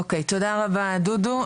אוקיי, תודה רבה דודו.